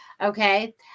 Okay